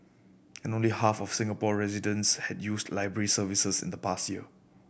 and only half of Singapore residents had used library services in the past year